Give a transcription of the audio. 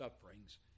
sufferings